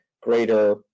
greater